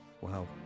Wow